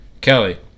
Kelly